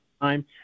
time